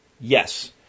Yes